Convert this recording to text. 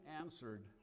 answered